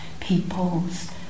peoples